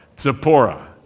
Zipporah